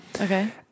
Okay